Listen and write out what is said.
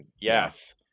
yes